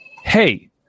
hey